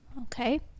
Okay